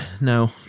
No